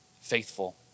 faithful